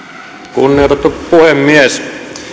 kunnioitettu puhemies